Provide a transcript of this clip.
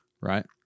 Right